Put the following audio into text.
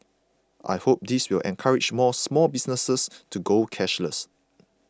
I hope this will encourage more small businesses to go cashless